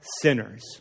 sinners